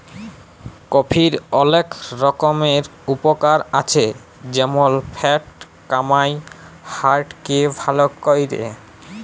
কফির অলেক রকমের উপকার আছে যেমল ফ্যাট কমায়, হার্ট কে ভাল ক্যরে